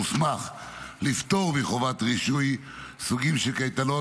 מוסמך לפטור מחובת רישוי סוגים של קייטנות